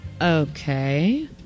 Okay